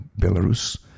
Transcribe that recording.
Belarus